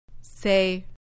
Say